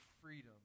freedom